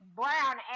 brown